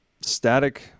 static